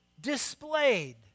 displayed